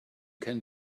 can